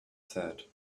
said